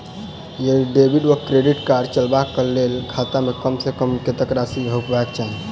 यदि डेबिट वा credit card चलबाक कऽ लेल खाता मे कम सऽ कम कत्तेक राशि हेबाक चाहि?